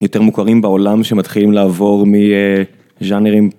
יותר מוכרים בעולם שמתחילים לעבור מז'אנרים.